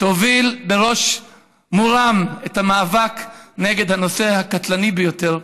תוביל בראש מורם את המאבק נגד הנושא הקטלני ביותר,